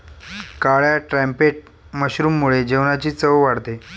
काळ्या ट्रम्पेट मशरूममुळे जेवणाची चव वाढते